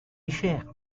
cher